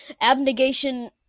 Abnegation